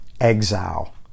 exile